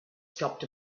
stopped